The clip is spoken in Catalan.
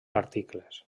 articles